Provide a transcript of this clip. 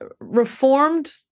Reformed